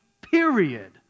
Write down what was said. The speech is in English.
Period